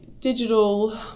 digital